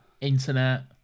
internet